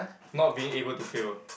not being able to fail